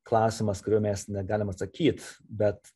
klausimas kurio mes negalim atsakyt bet